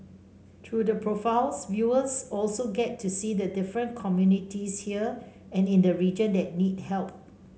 through the profiles viewers also get to see the different communities here and in the region that need help